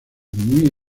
muy